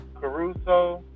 Caruso